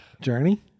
Journey